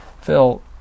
Phil